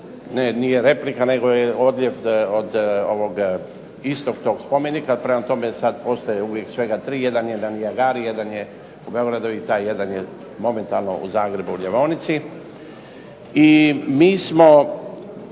ne nije replika nego je odljev od istog tog spomenika. Prema tome, sad postoji svega tri: jedan je na Nijagari, jedan je u Beogradu i taj jedan je momentalno u Zagrebu u ljevaonici. I mi smo